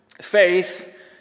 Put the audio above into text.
faith